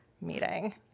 meeting